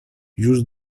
już